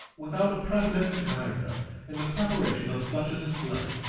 without a precedent to guide them in the preparation of such a display,